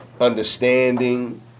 understanding